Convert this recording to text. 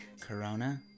Corona